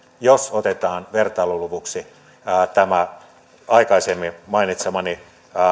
jos otetaan vertailuluvuksi tämä aikaisemmin mainitsemani